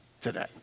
today